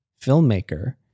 filmmaker